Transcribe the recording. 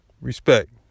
Respect